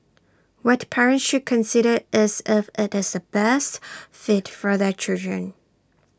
what parents should consider is if IT is the best fit for their children